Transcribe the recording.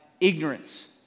ignorance